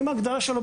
אם ההגדרה שלו,